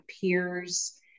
peers